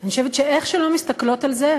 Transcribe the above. אני חושבת שאיך שלא מסתכלות על זה,